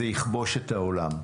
זה יכבוש את העולם.